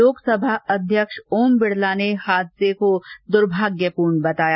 लोकसभा अध्यक्ष ओम बिडला ने हादसे को दर्भाग्यपूर्ण बताया